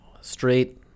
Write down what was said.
straight